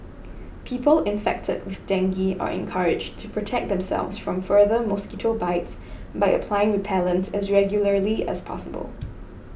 people infected with dengue are encouraged to protect themselves from further mosquito bites by applying repellent as regularly as possible